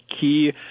key